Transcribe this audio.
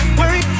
worry